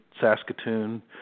Saskatoon